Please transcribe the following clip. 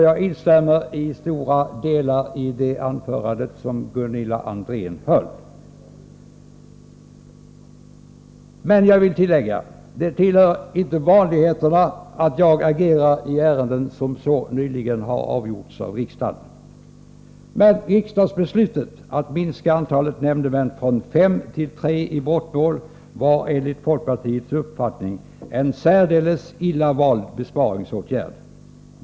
Jag instämmer till stora delar i Gunilla Andrés anförande, men jag vill tillägga en sak. Det tillhör inte vanligheterna att jag agerar i ärenden som så nyligen avgjorts av riksdagen. Riksdagsbeslutet om att minska antalet nämndemän från fem till tre i brottmål var emellertid enligt folkpartiets uppfattning en särdeles illa vald besparingsåtgärd.